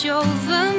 over